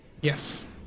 Yes